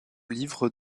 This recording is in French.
livre